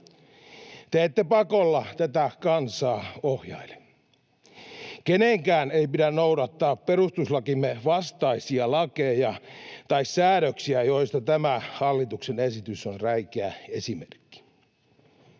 Te ette pakolla tätä kansaa ohjaile. Kenenkään ei pidä noudattaa perustuslakimme vastaisia lakeja tai säädöksiä, joista tämä hallituksen esitys on räikeä esimerkki.